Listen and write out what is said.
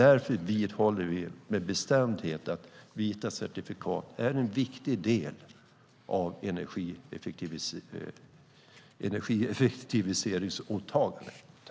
Därför vidhåller vi med bestämdhet att vita certifikat är en viktig del av energieffektiviseringsåtagandet.